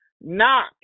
Knock